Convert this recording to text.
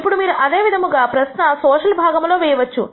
ఇప్పుడు మీరు అదే విధమైన ప్రశ్న సోషల్ భాగం లో వేయవచ్చు